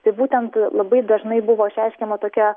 tai būtent labai dažnai buvo reiškiama tokia